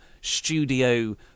studio